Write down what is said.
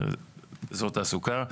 אזור התעסוקה,